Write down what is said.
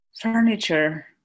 furniture